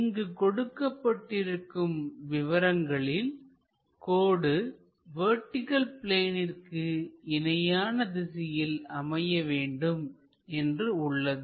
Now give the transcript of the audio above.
இங்கு கொடுக்கப்பட்டிருக்கும் விவரங்களில் கோடு வெர்டிகள் பிளேனிற்கு இணையான திசையில் அமைய வேண்டும் என்று உள்ளது